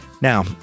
Now